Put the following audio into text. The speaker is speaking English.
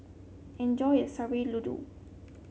enjoy your Sayur Lodeh